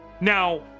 Now